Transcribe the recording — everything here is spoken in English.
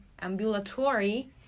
ambulatory